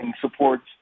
supports